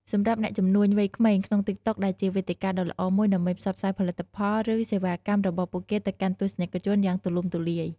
សម្រាប់អ្នកជំនួញវ័យក្មេងក្នុងតិកតុកដែលជាវេទិកាដ៏ល្អមួយដើម្បីផ្សព្វផ្សាយផលិតផល ឬសេវាកម្មរបស់ពួកគេទៅកាន់ទស្សនិកជនយ៉ាងទូលំទូលាយ។